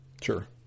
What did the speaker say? Sure